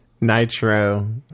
nitro